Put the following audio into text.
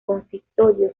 consistorio